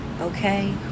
Okay